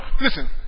Listen